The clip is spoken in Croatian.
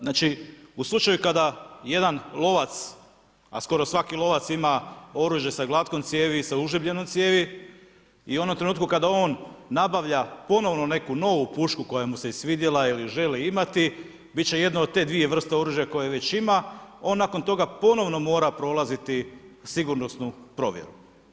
Znači u slučaju kada jedan lovac, a skoro svaki lovac ima oružje sa glatkom cijevi i sa užljebljenom cijevi i u onom trenutku kada on nabavlja ponovno neku novu pušku koja mu se svidjela ili ju želi imati bit će jedna od te dvije oružja koje već ima, on nakon toga ponovno mora prolaziti sigurnosnu provjeru.